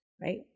right